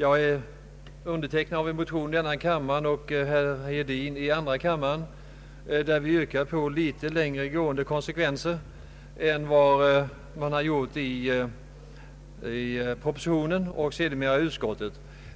en motion i denna kammare av mig m.fl. och i andra kammaren av herr Hedin m.fl. yrkar vi på litet längre gående konsekvenser än som föreslagits i propositionen och sedermera av utskottet.